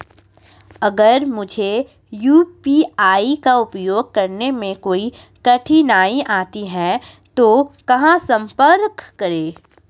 अगर मुझे यू.पी.आई का उपयोग करने में कोई कठिनाई आती है तो कहां संपर्क करें?